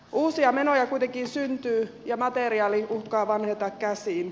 uusia menoja kuitenkin syntyy ja materiaali uhkaa vanheta käsiin